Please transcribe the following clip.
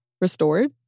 Restored